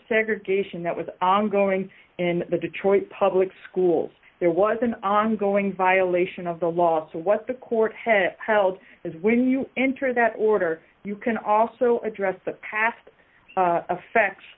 segregation that was ongoing in the detroit public schools there was an ongoing violation of the law so what the court has held is when you enter that order you can also address the past affects